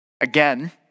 Again